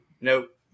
nope